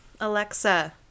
Alexa